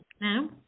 now